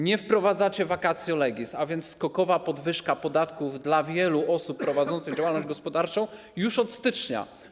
Nie wprowadzacie vacatio legis, a więc skokowa podwyżka podatków dla wielu osób prowadzących działalność gospodarczą będzie już od stycznia.